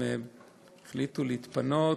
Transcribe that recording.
הם החליטו להתפנות.